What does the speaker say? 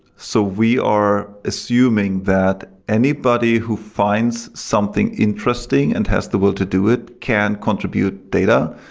so we are assuming that anybody who finds something interesting and has the will to do it can contribute data.